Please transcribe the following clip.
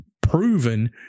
proven